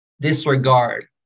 disregard